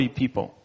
people